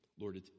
Lord